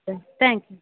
thank you